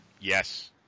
yes